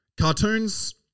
Cartoons